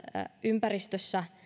ympäristössä